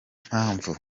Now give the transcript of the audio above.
mpamvu